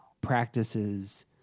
practices